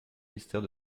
mystère